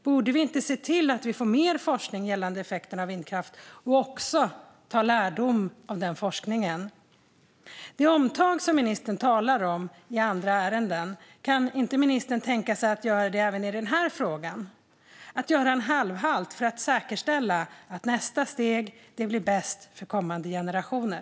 Borde vi inte se till att vi får mer forskning gällande effekterna av vindkraft och ta lärdom av den forskningen? Kan inte ministern tänka sig att göra ett omtag - som han talar om i andra ärenden - även i den här frågan, att göra halvhalt för att säkerställa att nästa steg blir det bästa för kommande generationer?